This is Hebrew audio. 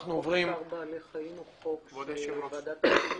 אנחנו עוברים -- צער בעלי חיים הוא חוק שוועדת החינוך